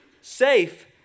Safe